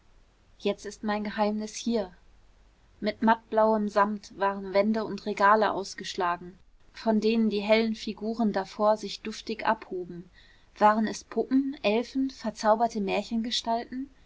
jetzt ist mein geheimnis hier mit mattblauem samt waren wände und regale ausgeschlagen von denen die hellen figuren davor sich duftig abhoben waren es puppen elfen verzauberte